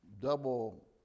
double